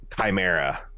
chimera